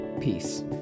Peace